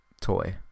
toy